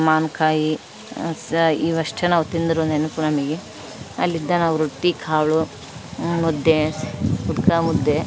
ಮಾವಿನ ಕಾಯಿ ಸಹ ಇವು ಅಷ್ಟೆ ನಾವು ತಿಂದರು ನೆನ್ಪು ನಮಗೆ ಅಲ್ಲಿದ್ದ ನಾವು ರೊಟ್ಟಿಕಾಳು ಮುದ್ದೆ ಉದ್ಕ ಮುದ್ದೆ